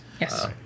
Yes